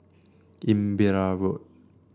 Imbiah Road